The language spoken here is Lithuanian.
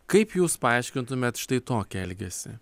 kaip jūs paaiškintumėt štai tokį elgesį